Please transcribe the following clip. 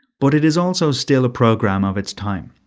but it is also still a program of its time.